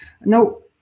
No